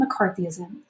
McCarthyism